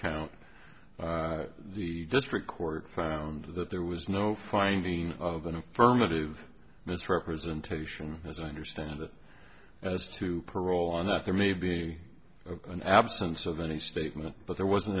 count the district court found that there was no finding of an affirmative misrepresentation as i understand it as to parole on that there may be an absence of any statement but there wasn't